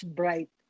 bright